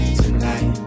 tonight